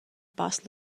pass